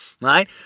right